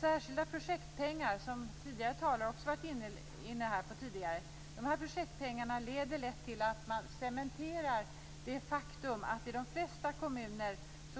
Särskilda projektpengar - tidigare talare har också varit inne på detta - leder lätt till att man cementerar det faktum att i de flesta kommuner